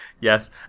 Yes